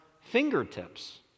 fingertips